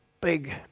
big